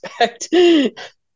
expect